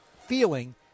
feeling